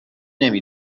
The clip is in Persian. نمی